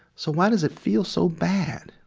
so why does it feel so bad?